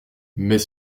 mais